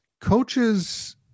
Coaches